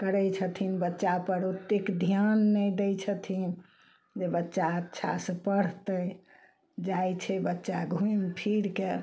करै छथिन बच्चा पर ओतेक ध्यान नहि दै छथिन जे बच्चा अच्छा से पढ़तै जाइ छै बच्चा घूमि फिरके